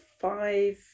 five